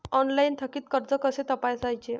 Online थकीत कर्ज कसे तपासायचे?